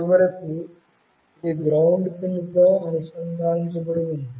చివరకు ఇది గ్రౌండ్ పిన్తో అనుసంధానించబడి ఉంది